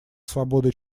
свободы